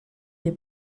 des